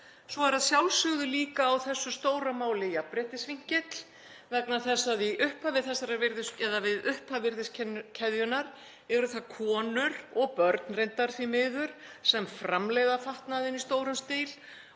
Svo er að sjálfsögðu líka á þessu stóra máli jafnréttisvinkill, vegna þess að við upphaf virðiskeðjunnar eru það konur, og börn reyndar því miður, sem framleiða fatnaðinn í stórum stíl